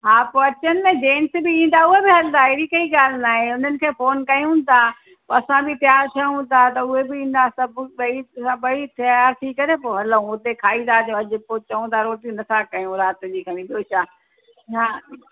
हा पोइ अचनि न जेंट्स बि ईंदा उहा बि हलंदा अहिड़ी कहिड़ी ॻाल्हि न आहे हुननि खे फ़ोन कयूं था पोइ असां बि तयार थियूं था त उहे बि ईंदा सभु भई तयार थी करे हलूं उते खाई था अचूं सभु पोइ चऊं था रोटी नथा कयूं राति जी खणी ॿियो छा हा